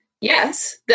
yes